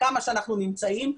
כמה שאנחנו נמצאים,